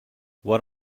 what